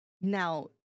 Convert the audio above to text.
Now